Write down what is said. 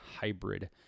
hybrid